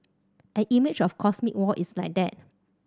an image of cosmic war is like that